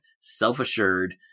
self-assured